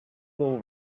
will